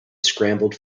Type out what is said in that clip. scrambled